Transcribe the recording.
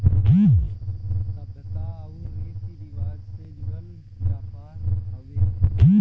सभ्यता आउर रीती रिवाज से जुड़ल व्यापार हउवे